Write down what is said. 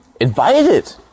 invited